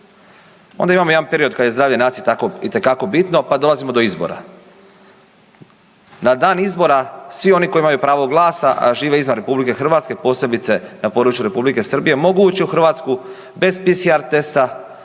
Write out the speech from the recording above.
Onda imamo jedan period kad je zdravlje nacije itekako bitno, pa dolazimo do izbora. Na dan izbora, svi oni koji imaju pravo glasa a žive izvan RH, posebice na području Republike Srbije, mogu ući u Hrvatsku, bez PCR testa,